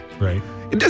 Right